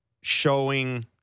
showing